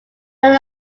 when